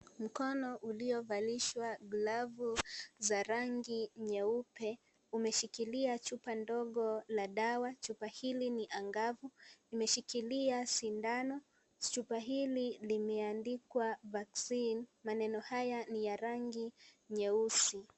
Mkono uliyovalishwa glavu za rangi nyeupe umeshikilia chupa ndogo la dawa. chupa hili ni angavu , limeshikilia sindano . Chupa hili limeandikwa Vaccine , maneno haya ni ya rangi nyeusi.